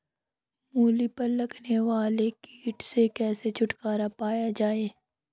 मूली पर लगने वाले कीट से कैसे छुटकारा पाया जाये?